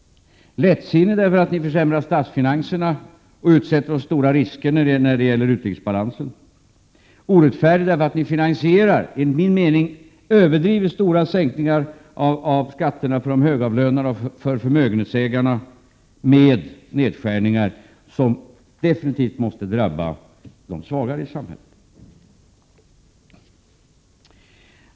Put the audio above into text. Lättsinnig därför att den försämrar statsfinanserna och utsätter oss för stora risker när det gäller utrikesbalansen. Orättfärdig därför att den finansierar enligt min mening överdrivet stora sänkningar av skatterna för de högavlönade och förmögenhetsägarna med nedskärningar som definitivt måste drabba de svagare i samhället.